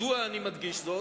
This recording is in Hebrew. מדוע אני מדגיש זאת?